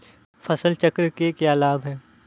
फसल चक्र के क्या लाभ हैं?